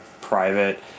private